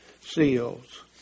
seals